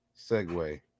segue